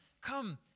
come